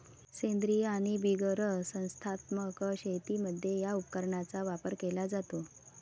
सेंद्रीय आणि बिगर संस्थात्मक शेतीमध्ये या उपकरणाचा वापर केला जातो